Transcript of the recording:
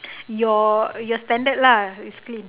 your your standard lah basically